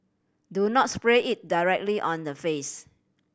do not spray it directly on the face